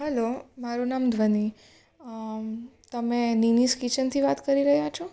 hello મારું નામ ધ્વનિ તમે નિનિસ કિચનથી વાત કરી રહ્યા છો